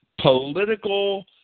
political